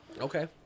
Okay